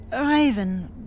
Raven